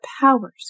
powers